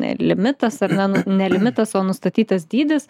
limitas ar ne ne limitas o nustatytas dydis